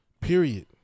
Period